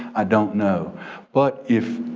i don't know but if,